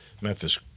Memphis